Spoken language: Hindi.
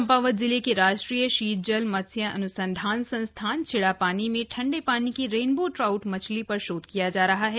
चम्पावत जिले के राष्ट्रीय शीतजल मत्स्य अन्संधान संस्थान छिड़ापानी में ठंडे पानी की रेनबो ट्राउट मछली पर शोध कार्य किया जा रहा है